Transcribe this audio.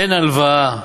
אין הלוואה,